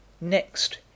Next